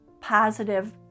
positive